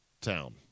town